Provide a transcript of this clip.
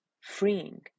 freeing